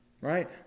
Right